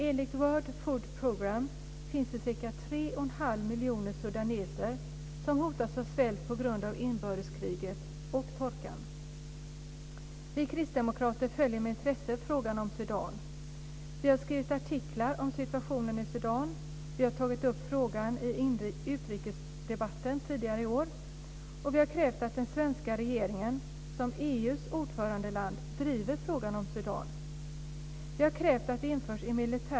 Enligt World Food Programme finns det ca 3 1⁄2 miljoner sudaneser som hotas av svält på grund av inbördeskriget och torkan.